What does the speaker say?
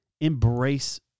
embrace